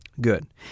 Good